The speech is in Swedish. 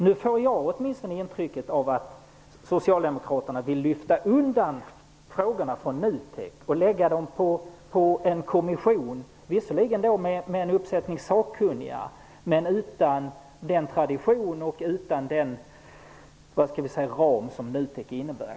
Nu får åtminstone jag intrycket att Socialdemokraterna vill lyfta undan frågorna från NUTEK och lägga dem på en kommission, visserligen med en uppsättning sakkunniga men utan den tradition och ram som NUTEK innebär.